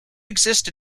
exist